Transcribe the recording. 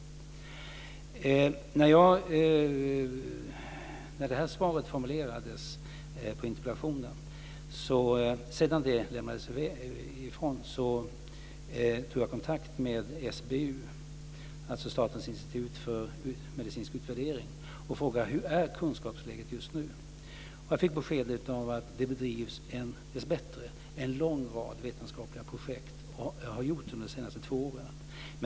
Sedan detta interpellationssvar lämnats in tog jag kontakt med SBU, som är statens institut för medicinsk utvärdering, och frågade hur kunskapsläget är just nu. Jag fick beskedet att det dessbättre har bedrivits en lång rad vetenskapliga projekt de senaste två åren.